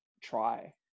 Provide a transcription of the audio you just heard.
try